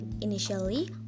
Initially